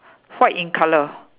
white in colour